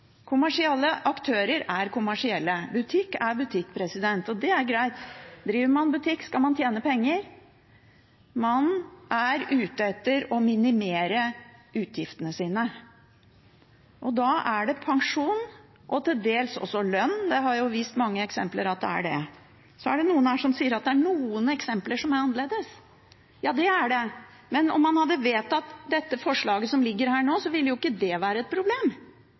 Kommersielle aktører er kommersielle, butikk er butikk, og det er greit. Driver man butikk, skal man tjene penger. Man er ute etter å minimere utgiftene sine. Og da handler det om pensjon og til dels også lønn. Mange eksempler har vist det. Så er det noen her som sier at det er noen eksempler som er annerledes. Ja, det er det, men om man hadde vedtatt det forslaget som her foreligger, ville ikke det være et problem,